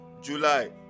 July